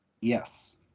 Yes